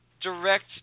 direct